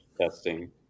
Testing